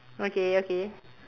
okay okay